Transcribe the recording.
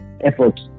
effort